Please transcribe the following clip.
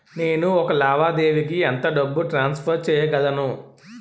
నేను ఒక లావాదేవీకి ఎంత డబ్బు ట్రాన్సఫర్ చేయగలను?